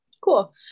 cool